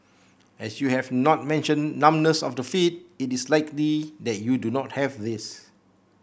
as you have not mentioned numbness of the feet it is likely that you do not have this